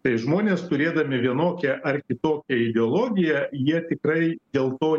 tai žmonės turėdami vienokią ar kitokią ideologiją jie tikrai dėl to